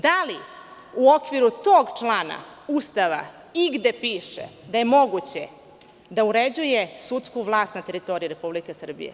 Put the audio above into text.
Da li u okviru tog člana Ustava igde piše da je moguće da uređuje sudsku vlast na teritoriji Republike Srbije?